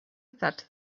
that